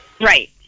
Right